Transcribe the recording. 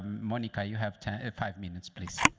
um monica, you have five minutes please